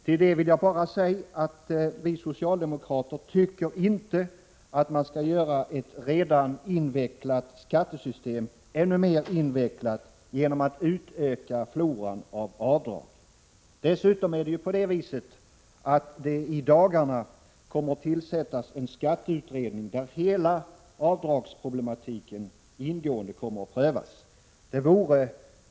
Till det vill jag bara säga att vi socialdemokrater inte tycker att man skall göra ett redan invecklat skattesystem ännu mer invecklat genom att utöka floran av avdrag. I dagarna kommer dessutom en skatteutredning att tillsättas. Hela avdragsproblematiken kommer då att prövas ingående.